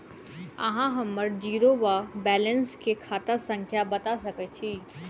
अहाँ हम्मर जीरो वा बैलेंस केँ खाता संख्या बता सकैत छी?